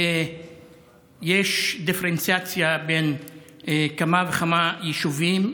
יש דיפרנציאציה בין כמה וכמה יישובים,